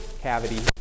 cavity